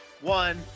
one